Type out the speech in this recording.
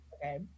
Okay